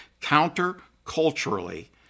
counter-culturally